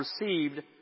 received